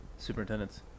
Superintendents